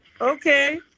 Okay